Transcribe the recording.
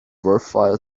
worthwhile